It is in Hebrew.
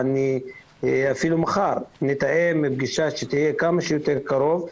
אפילו מחר נתאם פגישה שתהיה כמה שיותר קרובה.